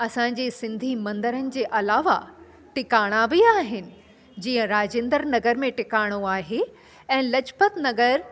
असांजे सिंधी मंदरनि जे अलावा टिकाणा बि आहिनि जीअं राजेन्द्र नगर में टिकाणो आहे ऐं लाजपत नगर